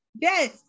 Yes